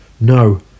no